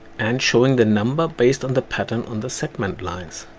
and showing the number based on the pattern on the segment lines.